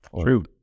True